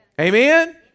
Amen